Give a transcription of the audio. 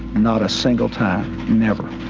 not a single time never.